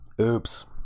Oops